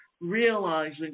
Realizing